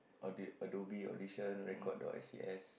audition~ audition record or S_E_S